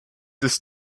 ist